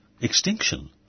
extinction